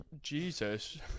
Jesus